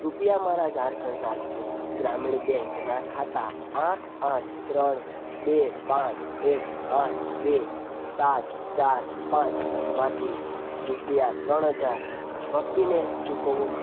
કૃપયા મારા ઝારખંડ રાજ્ય ગ્રામીણ બેંકના ખાતા આઠ આઠ ત્રણ બે પાંચ એક આઠ બે સાત ચાર પાંચ માંથી રૂપિયા ત્રણ હજાર ભક્તિને ચૂકવો